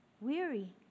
weary